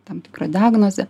tam tikra diagnozė